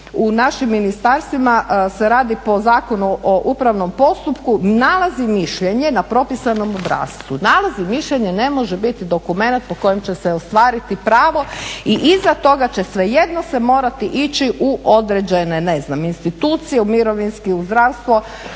u našim ministarstvima se radi po Zakonu o upravnom postupku nalazi mišljenje na propisanom obrascu. Nalaz i mišljenje ne može biti dokumenat po kojem će se ostvariti pravo i iza toga će svejedno se morati ići u određene ne znam institucije, u mirovinski, u zdravstvo